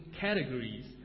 categories